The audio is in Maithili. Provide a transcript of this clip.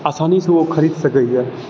आसानीसँ ओ खरीद सकैए